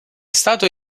stato